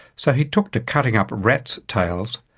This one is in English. so he took to cutting up rats tails,